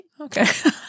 Okay